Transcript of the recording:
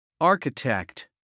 Architect